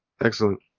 Excellent